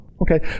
okay